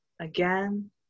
again